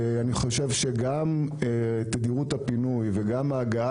ואני חושב שגם תדירות הפינוי וגם ההגעה